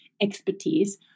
expertise